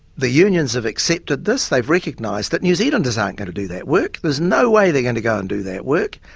the unions have accepted this, they've recognised that new zealanders aren't going to do that work. there's no way they're going to go and do that work.